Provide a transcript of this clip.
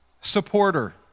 Supporter